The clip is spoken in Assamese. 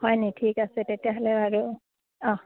হয়নি ঠিক আছে তেতিয়াহ'লে আৰু অঁ